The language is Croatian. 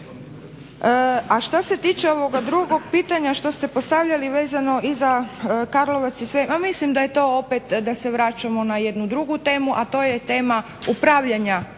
A šta se tiče ovoga drugog pitanja što ste postavljali vezano i za Karlovac i sve, ma mislim da je to opet, da se vraćamo na jednu drugu temu, a to je tema upravljanja